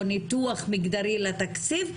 או ניתוח בתקציב הזה,